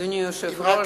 אדוני היושב-ראש,